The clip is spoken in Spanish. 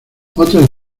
otras